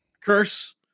curse